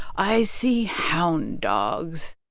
i see hound dogs